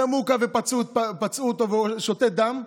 שגם הוכה ופצעו אותו והוא שתת דם,